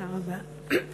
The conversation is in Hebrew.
תודה רבה.